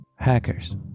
Hackers